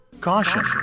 Caution